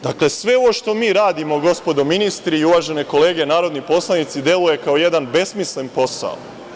Dakle, sve ovo što mi radimo, gospodo ministri i uvažene kolege narodni poslanici, deluje kao jedan besmislen posao.